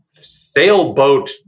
sailboat